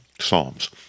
Psalms